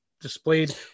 displayed